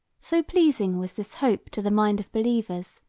so pleasing was this hope to the mind of believers,